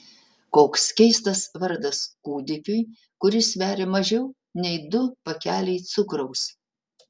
koks keistas vardas kūdikiui kuris sveria mažiau nei du pakeliai cukraus